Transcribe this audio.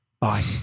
Bye